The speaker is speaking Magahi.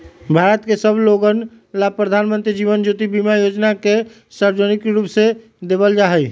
भारत के सब लोगन ला प्रधानमंत्री जीवन ज्योति बीमा योजना के सार्वजनिक रूप से देवल जाहई